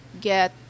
get